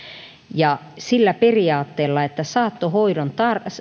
ja sillä periaatteella että saattohoidon